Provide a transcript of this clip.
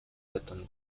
этом